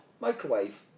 Microwave